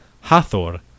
Hathor